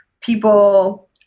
people